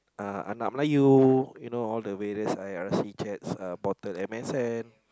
uh !alamak! you you know all the way those I_R_C chats uh portal M_S_N